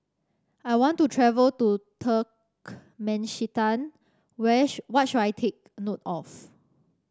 I want to travel to Turkmenistan where what should I take note of